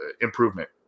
improvement